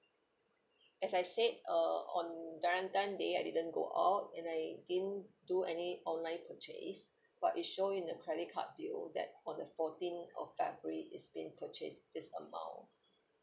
as I said uh on valentine day I didn't go out and I didn't do any online purchase but it show in the credit card bill that on the fourteenth of february is being purchase this amount